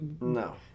No